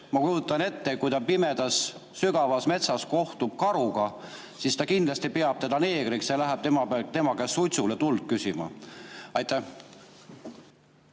ma kujutan ette, kui ta pimedas sügavas metsas kohtub karuga, siis ta kindlasti peab teda neegriks ja läheb tema käest suitsule tuld küsima. Aitäh,